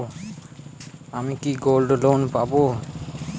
আমি কি gold loan পাবো?